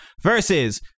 versus